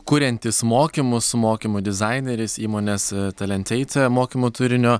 kuriantis mokymus mokymų dizaineris įmonės talenteite mokymo turinio